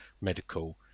medical